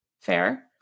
Fair